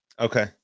Okay